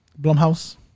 Blumhouse